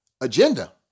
agenda